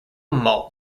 malt